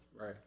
Right